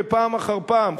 ופעם אחר פעם,